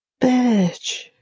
bitch